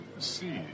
see